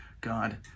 God